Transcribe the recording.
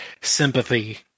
sympathy